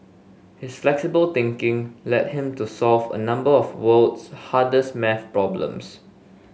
his flexible thinking led him to solve a number of the world's hardest math problems